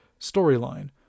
storyline